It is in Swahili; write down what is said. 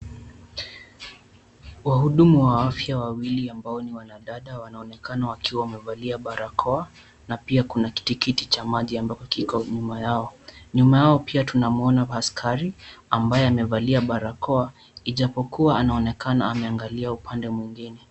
Wahudumu wa afya wawili ambao ni wanadada wanaonekana wakiwa wamevalia barakoa, na pia kuna kitikiti cha maji ambacho kiko nyuma yao ,nyuma yao pia kuna askari ambaye amevalia barakoa ijapokua anaonekana ameangalia upande mwingine.